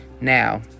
Now